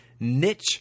niche